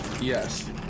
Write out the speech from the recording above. Yes